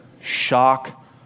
shock